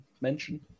mention